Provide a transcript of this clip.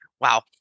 wow